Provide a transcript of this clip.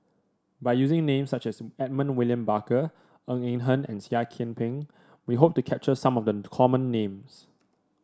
by using names such as Edmund William Barker Ng Eng Hen and Seah Kian Peng we hope to capture some of the common names